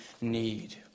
need